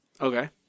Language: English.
Okay